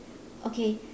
okay